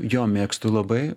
jo mėgstu labai